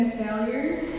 failures